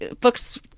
books